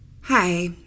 Hi